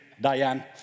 Diane